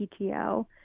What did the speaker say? PTO